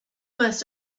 must